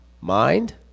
mind